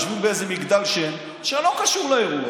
יושבים באיזה מגדל שן שלא קשור לאירוע,